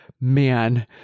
man